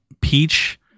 peach